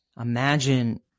imagine